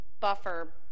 buffer